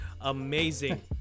amazing